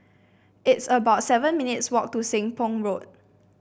it's about seven minutes' walk to Seng Poh Road